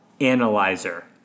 analyzer